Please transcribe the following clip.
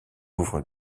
ouvre